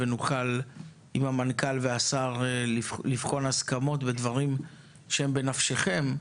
נוכל עם המנכ"ל והשר לבחון הסכמות ודברים שהם בנפשכם,